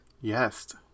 Yes